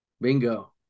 Bingo